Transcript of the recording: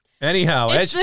anyhow